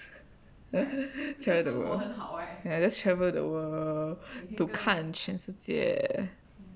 travel the wo~ ya just travel the world to 看全世界